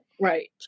Right